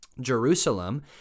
Jerusalem